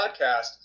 podcast